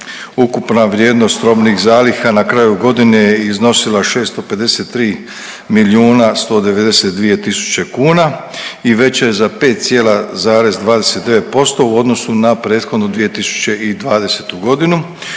ukupna vrijednost robnih zaliha na kraju godine je iznosila 653 milijuna 192 tisuće kuna i veća je za 5,29% u odnosu na prethodnu 2020.g., u